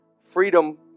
Freedom